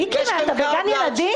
מיקי, אתה בגן ילדים?